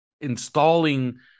installing